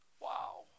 Wow